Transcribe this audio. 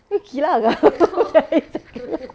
you gilakah gila